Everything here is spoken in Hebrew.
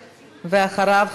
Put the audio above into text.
ואחריו,